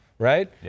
Right